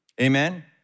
amen